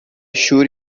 شور